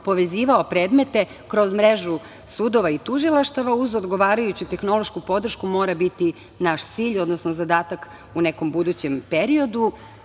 povezivao predmete kroz mrežu sudova i tužilaštava uz odgovarajuću tehnološku podršku mora biti naš cilj, odnosno zadatak u nekom budućem periodu. Tehnički